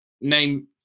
Name